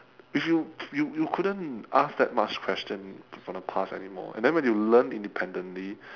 if you you you couldn't ask that much question from the profs anymore and then when you learn independently